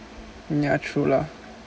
ya true lah